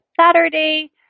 Saturday